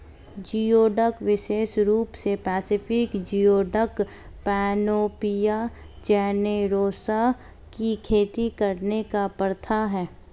geoduck विशेष रूप से पैसिफिक जियोडक, पैनोपिया जेनेरोसा की खेती करने की प्रथा है